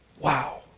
Wow